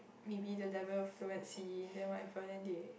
maybe the level of fluency then whatever then they